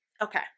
Okay